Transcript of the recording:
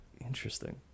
Interesting